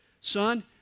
Son